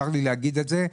צר לי להגיד את זה,